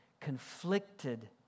conflicted